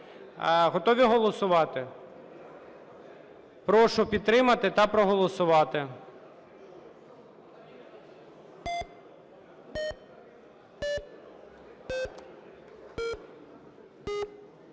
Готові голосувати? Прошу підтримати та проголосувати.